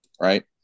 right